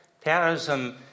Terrorism